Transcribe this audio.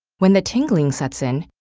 when the tingling sets in,